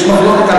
יש מחלוקת על